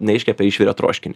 ne iškepė išvirė troškinį